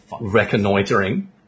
reconnoitering